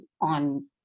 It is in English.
on